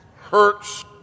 hurts